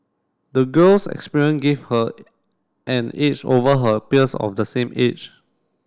the girl's experience gave her an edge over her peers of the same age